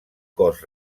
cos